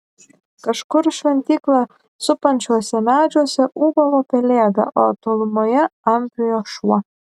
kažkur šventyklą supančiuose medžiuose ūbavo pelėda o tolumoje ambrijo šuo